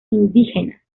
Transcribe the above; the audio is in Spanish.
indígenas